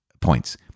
points